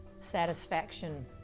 satisfaction